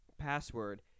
password